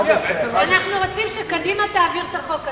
ואנחנו רוצים שקדימה תעביר את החוק הזה.